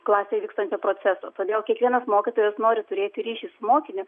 klasėj vykstančio proceso todėl kiekvienas mokytojas nori turėti ryšį su mokiniu